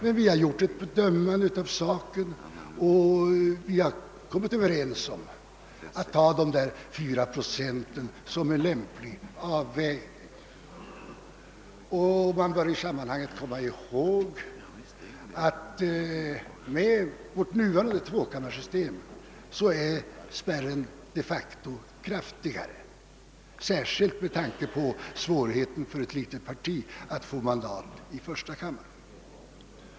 Men vi har gjort ett bedömande av saken och kommit överens om att ta dessa 4 procent som en lämplig avvägning. — Man bör i sammanhanget komma ihåg att med vårt nuvarande tvåkammarsystem är spärregeln de facto kraftigare, särskilt med tanke på svårigheten för ett litet parti att erövra mandat i första kammaren.